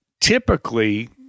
typically